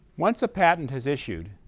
once a patent has issued,